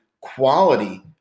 quality